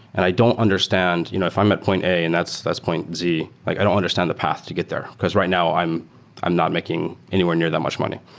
and i don't understand you know if i'm at point a and that's that's point z, like i don't understand the path to get there, because right now i'm i'm not making anywhere near that much money.